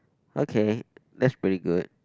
okay that's pretty good